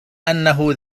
أنه